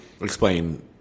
explain